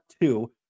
two